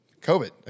COVID